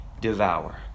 devour